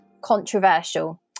controversial